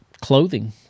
clothing